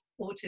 autism